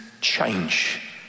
change